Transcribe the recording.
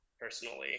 personally